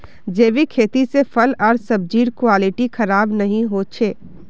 जैविक खेती से फल आर सब्जिर क्वालिटी खराब नहीं हो छे